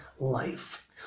life